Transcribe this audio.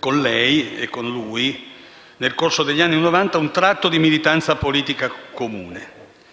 anche, nel corso degli anni Novanta, un tratto di militanza politica comune.